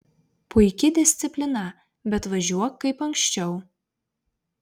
puiki disciplina bet važiuok kaip anksčiau